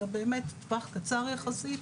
אלא באמת בטווח קצר יחסית,